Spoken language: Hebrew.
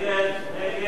ההצעה